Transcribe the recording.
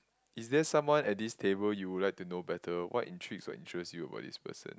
is there someone at this table you will like to know better what intrigues or interest you about this person